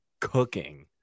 cooking